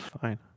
Fine